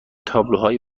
تابلوهای